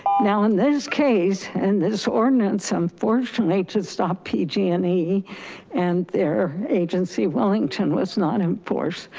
now in this case, and this ordinance, unfortunately, to stop pg and e and their agency wellington was not in force.